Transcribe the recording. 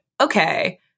okay